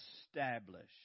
establish